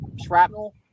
shrapnel